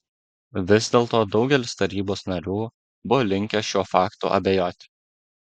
vis dėlto daugelis tarybos narių buvo linkę šiuo faktu abejoti